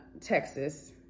texas